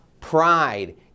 pride